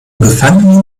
gefangen